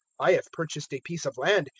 i have purchased a piece of land,